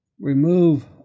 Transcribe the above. remove